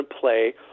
play